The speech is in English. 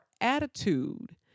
attitude